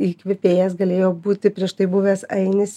įkvėpėjas galėjo būti prieš tai buvęs ainis